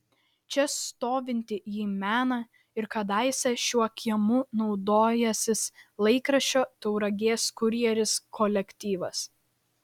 čia stovintį jį mena ir kadaise šiuo kiemu naudojęsis laikraščio tauragės kurjeris kolektyvas